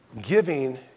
Giving